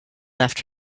left